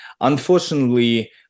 unfortunately